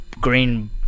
green